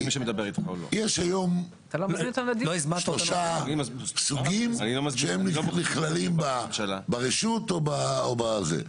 יש היום שלושה סוגים שהם נכללים ברשות או בזה.